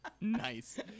Nice